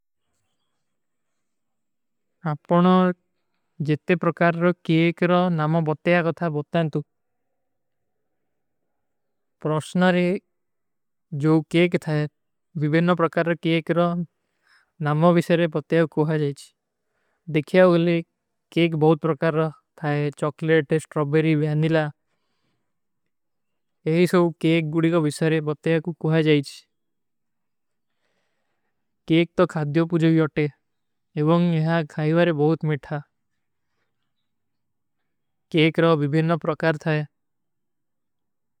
ଆପନା ଜିତ୍ତେ ପ୍ରକାର କେକର ନାମା ବତ୍ଯା କୋ ଥା ବତ୍ଯାନତୁ। ପ୍ରାସ୍ଣାରେ ଜୋ କେକ ଥାଯେ, ଵିଵେନ୍ନା ପ୍ରକାର କେକର ନାମା ଵିଶରେ ବତ୍ଯା କୁଛ ଜାଈଚ। ଦେଖିଯା ଉଗଲେ କେକ ବହୁତ ପ୍ରକାର ଥାଯେ, ଚକଲେଟ, ସ୍ଟ୍ରବେରୀ, ଵେନିଲା। ଯହୀ ସଵୁ କେକ ଗୁଡୀ କୋ ଵିଶରେ ବତ୍ଯା କୁଛ କୁଛ ଜାଈଚ। କେକ ତୋ ଖାଦ୍ଯୋ ପୁଝଵୀ ଅଟେ, ଏବଂଗ ଯହାଁ ଖାଈଵାରେ ବହୁତ ମିଠା। କେକରୋ ଵିଵେନ୍ନା ପ୍ରକାର ଥାଯେ।